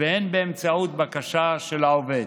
והן באמצעות בקשה של העובד.